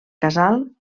casal